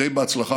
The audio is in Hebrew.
די בהצלחה,